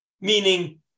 meaning